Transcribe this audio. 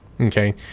Okay